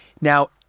Now-